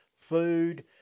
food